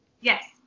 Yes